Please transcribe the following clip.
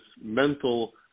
mental